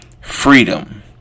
freedom